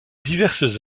diverses